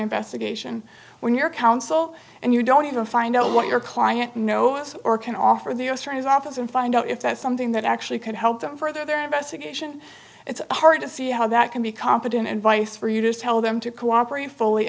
investigation when you're counsel and you don't even find out what your client know us or can offer the u s attorney's office and find out if that's something that actually could help them further their investigation it's hard to see how that can be competent advice for you to tell them to cooperate fully